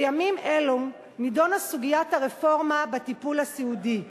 בימים אלו נדונה סוגיית הרפורמה בטיפול הסיעודי,